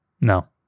No